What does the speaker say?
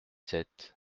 sept